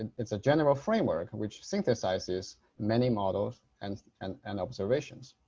and it's a general framework which synthesizes many models and and and observations.